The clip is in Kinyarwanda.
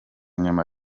nyuma